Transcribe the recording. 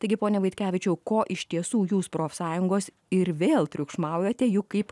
taigi pone vaitkevičiau ko iš tiesų jūs profsąjungos ir vėl triukšmaujate juk kaip